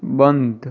બંધ